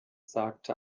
sagte